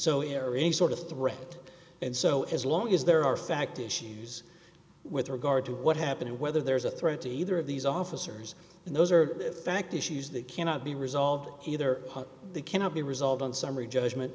of threat and so as long as there are fact issues with regard to what happened whether there is a threat to either of these officers and those are the fact issues that cannot be resolved either they cannot be resolved on summary judgment